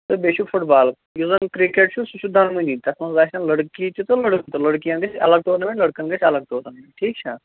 تہٕ بیٚیہِ چھُ فُٹ بال یُس زَن کِرٛکٮ۪ٹ چھُ سُہ چھُ دۄنوٕنی تَتھ منٛز آسن لٔڑکی تہِ تہٕ لڑکہٕ تہٕ لٔڑکیَن گژھِ الگ ٹورنمینٹ لٔڑکَن گژھِ الگ ٹورنَمنٹ ٹھیٖک چھا